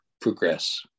progress